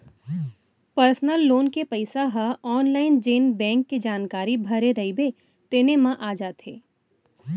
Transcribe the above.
personal loan के पइसा ह आनलाइन जेन बेंक के जानकारी भरे रइबे तेने म आ जाथे